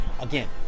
again